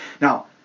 Now